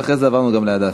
ואחרי זה עברנו גם ל"הדסה".